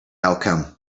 outcome